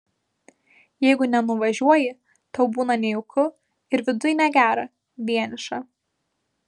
jeigu nenuvažiuoji tau būna nejauku ir viduj negera vieniša